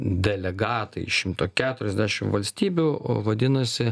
delegatai iš šimto keturiasdešimt valstybių o vadinasi